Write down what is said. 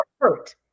hurt